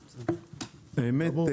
האמת,